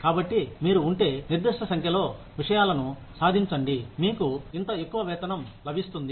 కాబట్టి మీరు ఉంటే నిర్దిష్ట సంఖ్యలో విషయాలను సాధించండి మీకు ఇంత ఎక్కువ వేతనం లభిస్తుంది